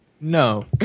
No